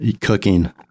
cooking